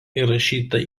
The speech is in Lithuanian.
įrašyta